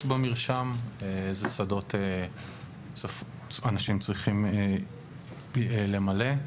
במרשם; אילו שדות אנשים צריכים למלא?